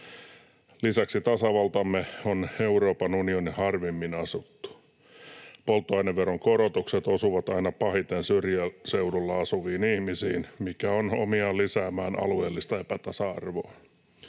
Lisäksi tasavaltamme on Euroopan unionin harvimmin asuttu. Polttoaineveron korotukset osuvat aina pahiten syrjäseudulla asuviin ihmisiin, mikä on omiaan lisäämään alueellista epätasa-arvoa.